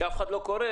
שאף אחד לא קורא,